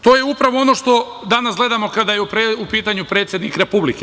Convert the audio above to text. To je upravo ono što danas gledamo, kada je u pitanju predsednik republike.